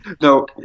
No